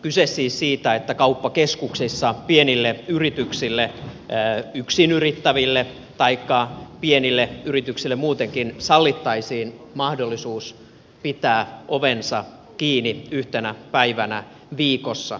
kyse on siis siitä että kauppakeskuksissa pienille yrityksille yksin yrittäville taikka pienille yrityksille muutenkin sallittaisiin mahdollisuus pitää ovensa kiinni yhtenä päivänä viikossa